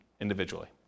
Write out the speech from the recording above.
individually